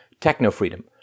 techno-freedom